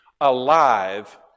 alive